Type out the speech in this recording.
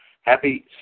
Happy